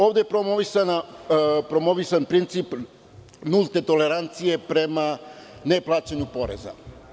Ovde je promovisan princip nulte tolerancije prema ne plaćanju poreza.